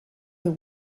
will